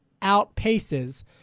outpaces